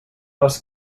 les